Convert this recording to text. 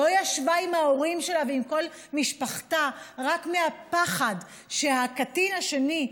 לא ישבה עם ההורים שלה ועם כל משפחתה רק מהפחד שהקטין השני,